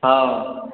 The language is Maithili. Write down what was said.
हँ